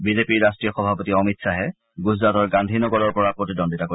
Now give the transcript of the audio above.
বিজেপিৰ ৰাট্টীয় সভাপতি অমিত খাহে গুজৰাটৰ গান্ধী নগৰৰ পৰা প্ৰতিদ্বন্দ্বিতা কৰিব